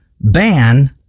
ban